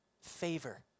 Favor